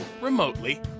remotely